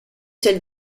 celle